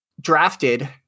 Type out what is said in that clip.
drafted